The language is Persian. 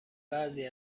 بعضی